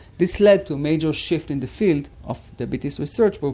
this led to a major shift in the field of diabetes research. but